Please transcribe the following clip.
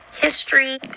history